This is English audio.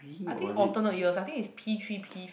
I think alternate years I think is P-three P